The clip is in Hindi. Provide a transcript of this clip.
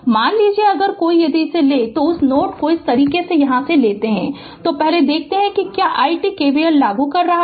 मान लीजिए अगर कोई यदि इसे ले उस नोड को इस तरह से यहां से लेता है तो पहले देखते हैं कि क्या i t KVL लागू कर रहा है